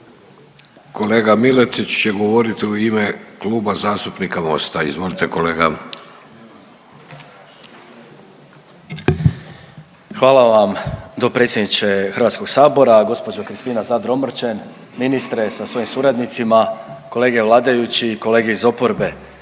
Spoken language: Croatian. kolega Miletić će govoriti u ime Kluba zastupnika MOST-a. Izvolite kolega. **Miletić, Marin (MOST)** Hvala vam dopredsjedniče Hrvatskog sabora. Gospođo Kristina Zadro Omrčen, ministre sa svojim suradnicima, kolege vladajući i kolege iz oporbe